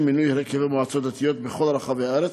מינוי הרכבי מועצות דתיות בכל רחבי הארץ.